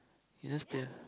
it just play